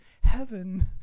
heaven